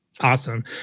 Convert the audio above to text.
Awesome